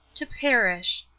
to perish.